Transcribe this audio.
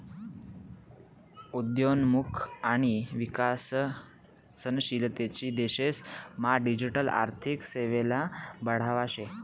उद्योन्मुख आणि विकसनशील देशेस मा डिजिटल आर्थिक सेवाले बढावा शे